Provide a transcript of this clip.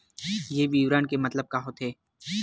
ये विवरण के मतलब का होथे?